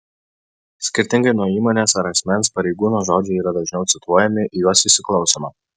skirtingai nuo įmonės ar asmens pareigūno žodžiai yra dažniau cituojami į juos įsiklausoma